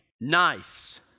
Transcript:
Nice